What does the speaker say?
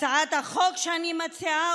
הצעת החוק שאני מציעה,